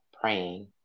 praying